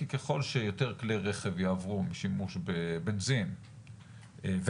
כי ככל שיותר כלי רכב יעברו משימוש בבנזין ובסולר